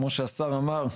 כמו שהשר אמר,